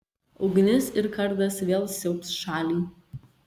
ugnis ir kardas vėl siaubs šalį